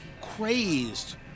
crazed